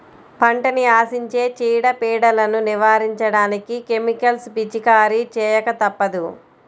పంటని ఆశించే చీడ, పీడలను నివారించడానికి కెమికల్స్ పిచికారీ చేయక తప్పదు